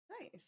Nice